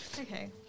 okay